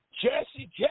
Jesse